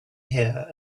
here